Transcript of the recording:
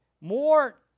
more